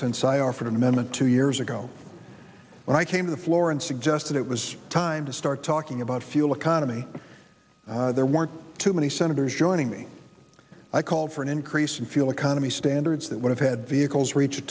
since i offered an amendment two years ago when i came to the floor and suggested it was time to start talking about fuel economy there weren't too many senators joining me i called for an increase in fuel economy standards that would have had vehicles reach a